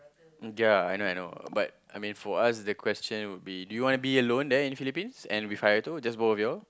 ya I know I know but I mean for us the question would be do you want to be alone there in Philippines and If I have to just both of y'all